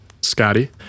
scotty